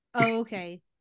Okay